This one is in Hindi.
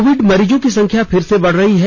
कोविड मरीजों की संख्या फिर से बढ़ रही है